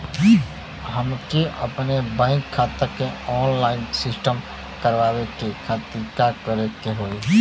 हमके अपने बैंक खाता के ऑनलाइन सिस्टम करवावे के खातिर का करे के होई?